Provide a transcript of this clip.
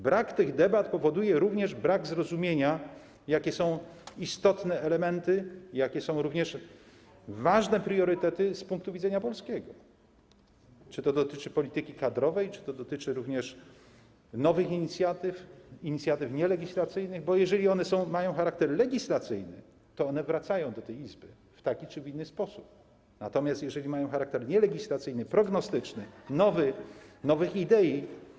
Brak tych debat powoduje również brak zrozumienia, jakie są istotne elementy, jakie są ważne priorytety z polskiego punktu widzenia, czy to dotyczy polityki kadrowej, czy to dotyczy nowych inicjatyw - inicjatyw nielegislacyjnych, bo jeżeli one mają charakter legislacyjny, to wracają do tej Izby w taki czy w inny sposób, natomiast jeżeli mają charakter nielegislacyjny, prognostyczny, nowy, dotyczą nowych idei.